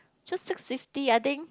just six fifty I think